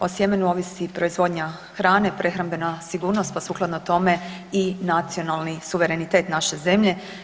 O sjemenu ovisi proizvodnja hrane, prehrambena sigurnost pa sukladno tome i nacionalni suverenitet naše zemlje.